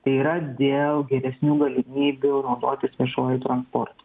tai yra dėl geresnių galimybių naudotis viešuoju transportu